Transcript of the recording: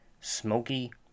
smoky